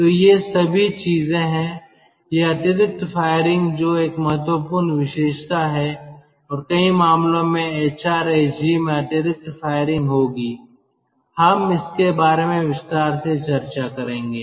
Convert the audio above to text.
तो ये सभी चीजें हैं यह अतिरिक्त फायरिंग जो एक महत्वपूर्ण विशेषता है और कई मामलों में एचआरएसजी में अतिरिक्त फायरिंग होगी हम इसके बारे में विस्तार से चर्चा करेंगे